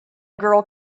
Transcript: girl